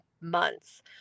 months